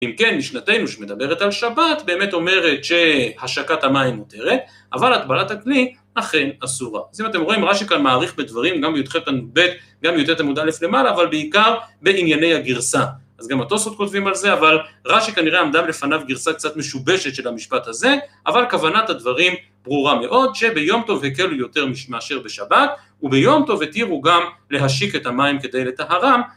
אם כן, משנתנו שמדברת על שבת, באמת אומרת שהשקת המים מותרת, אבל הטבלת הכלי אכן אסורה. אז אם אתם רואים, רש"י כאן מאריך בדברים, גם י"ח עמוד ב , גם י"ט עמוד א למעלה , אבל בעיקר בענייני הגרסה. אז גם התוספות כותבים על זה, אבל רש"י כנראה עמדה בפניו גרסה קצת משובשת של המשפט הזה, אבל כוונת הדברים ברורה מאוד, שביום טוב היקלו יותר מאשר בשבת, וביום טוב התירו גם להשיק את המים כדי לטהרם,